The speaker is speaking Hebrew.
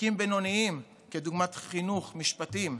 תיקים בינוניים כדוגמת חינוך, משפטים,